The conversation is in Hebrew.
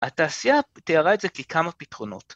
התעשייה תיארה את זה ככמה פתרונות.